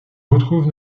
retrouve